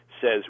says